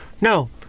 no